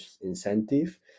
incentive